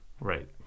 Right